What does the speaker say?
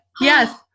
Yes